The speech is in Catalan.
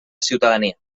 ciutadania